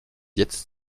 jetzt